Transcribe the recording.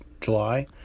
July